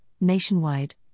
Nationwide